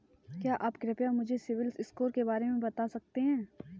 क्या आप कृपया मुझे सिबिल स्कोर के बारे में बता सकते हैं?